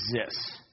exists